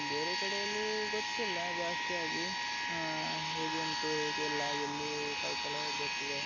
ಬೇರೆ ಕಡೆಯಲ್ಲಿ ಗೊತ್ತಿಲ್ಲ ಜಾಸ್ತಿಯಾಗಿ ಹೇಗೆ ಉಂಟು ಹೇಗೆ ಇಲ್ಲ ಎಲ್ಲಿ ಶೌಚಾಲಯ ಇದಿರ್ತದೆ